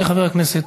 חברי חברי הכנסת,